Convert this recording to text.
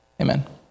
Amen